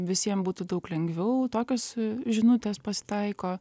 visiem būtų daug lengviau tokios žinutės pasitaiko